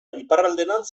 iparralderantz